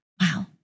Wow